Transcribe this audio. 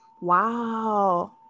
Wow